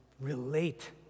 relate